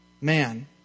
man